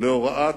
להוראת